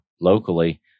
locally